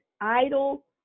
idle